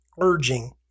urging